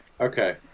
Okay